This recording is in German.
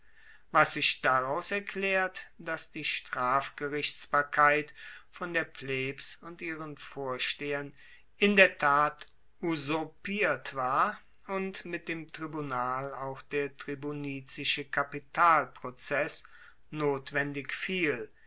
was sich daraus erklaert dass die strafgerichtsbarkeit von der plebs und ihren vorstehern in der tat usurpiert war und mit dem tribunal auch der tribunizische kapitalprozess notwendig fiel